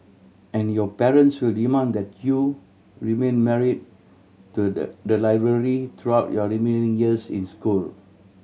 and your parents will demand that you remain married to the the library throughout your remaining years in school